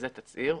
איזה תצהיר?